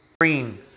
Green